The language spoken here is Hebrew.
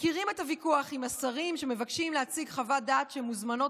מכירים את הוויכוח עם השרים שמבקשים להציג חוות דעת שמוזמנות